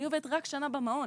אני עובדת רק שנה במעון,